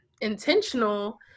intentional